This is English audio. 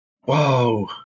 Whoa